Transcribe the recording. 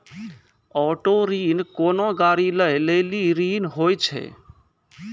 auto ऋण कोनो गाड़ी लै लेली ऋण होय छै